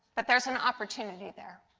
but there is an opportunity there.